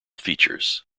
features